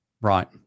Right